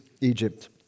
Egypt